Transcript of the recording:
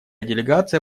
делегация